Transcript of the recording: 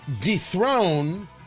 dethrone